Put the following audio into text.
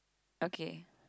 okay